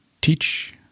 Teach